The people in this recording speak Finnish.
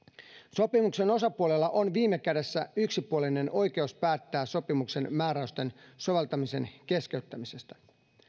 sopimuksen osapuolilla on viime kädessä yksipuolinen oikeus päättää sopimuksen määräysten soveltamisen keskeyttämisestä